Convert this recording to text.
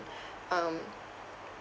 um